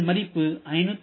இதன் மதிப்பு 543